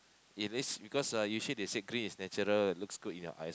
it is because uh usually they say green is natural it looks good in your eyes